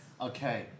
Okay